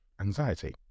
anxiety